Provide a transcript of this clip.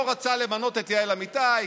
לא רצה למנות את יעל אמיתי.